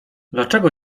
dlaczego